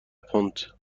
پوند